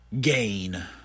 Gain